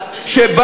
שוטה ומשתטה.